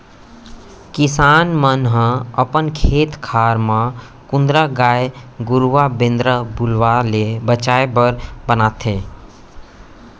किसान मन ह अपन खेत खार म कुंदरा गाय गरूवा बेंदरा भलुवा ले बचाय बर बनाथे